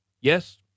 Yes